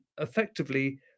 effectively